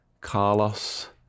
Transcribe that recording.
Carlos